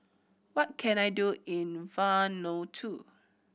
what can I do in Vanuatu